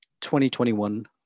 2021